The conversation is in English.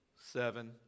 Seven